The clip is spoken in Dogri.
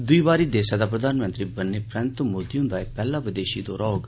दुई बारी देसै दा प्रधानमंत्री बनने परैन्त मोदी हुंदा एह पैहला विदेशी दौरा होग